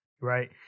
right